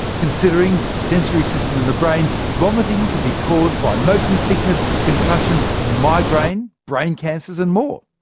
considering the sensory system and the brain, vomiting can be caused by motion sickness, concussion, migraine, brain cancers and more.